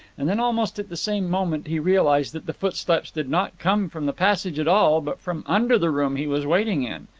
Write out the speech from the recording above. and then almost at the same moment he realized that the footsteps did not come from the passage at all, but from under the room he was waiting in.